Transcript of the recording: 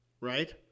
right